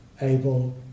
able